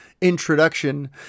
introduction